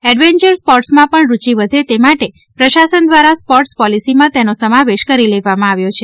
adventure સ્પોર્ટસમાં પણ રુચિ વધે તે માટે પ્રશાસન દ્વારા સ્પોર્ટર્સ પોલિસીમાં તેનો સમાવેશ કરી લેવામાં આવ્યો છે